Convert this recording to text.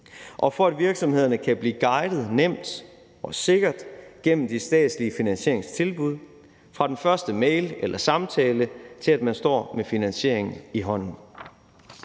– og så virksomhederne kan blive guidet nemt og sikkert gennem de statslige finansieringstilskud fra den første mail eller samtale, til at man står med finansieringen i hånden.